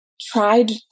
tried